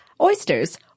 oysters